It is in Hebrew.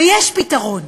ויש פתרון.